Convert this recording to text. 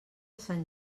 sant